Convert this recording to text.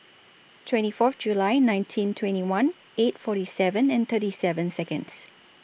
twenty four July nineteen twenty one eight forty seven and thirty seven Seconds